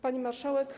Pani Marszałek!